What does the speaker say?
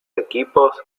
equipos